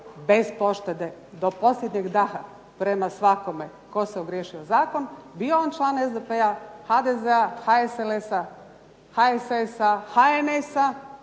bez poštede, do posljednjeg daha, prema svakome tko se ogriješio o zakon bio on član SDP-a, HDZ-a, HSLS-a, HSS-a